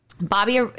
Bobby